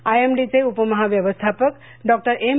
I M D चे उपमहाव्यवस्थापक doctor M